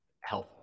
health